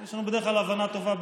ובדרך כלל יש הבנה טובה בינינו.